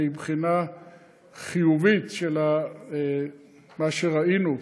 מבחינה חיובית של מה שראינו,